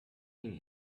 king